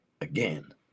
again